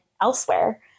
elsewhere